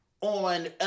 on